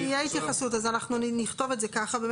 תהיה התייחסות, אז אנחנו נכתוב את זה ככה.